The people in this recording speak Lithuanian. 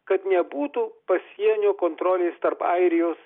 kad nebūtų pasienio kontrolės tarp airijos